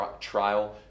trial